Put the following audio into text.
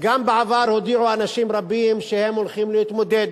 וגם בעבר הודיעו אנשים רבים שהם הולכים להתמודד,